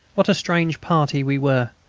what a strange party we were,